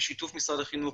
בשיתוף משרד החינוך,